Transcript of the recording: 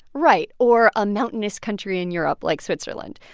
right or a mountainous country in europe like switzerland.